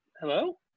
Hello